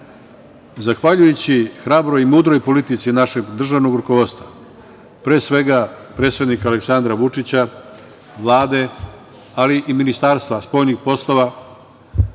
države. Zahvaljujući hrabroj i mudroj politici našeg državnog rukovodstva, pre svega predsednika Aleksandra Vučića, Vlade ali i Ministarstva spoljnih poslova,